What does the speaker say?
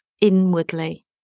inwardly